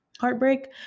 heartbreak